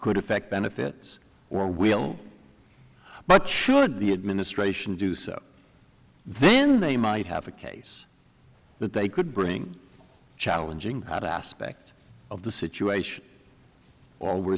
could affect benefits or we don't but should the administration do so then they might have a case that they could bring challenging aspect of the situation all we're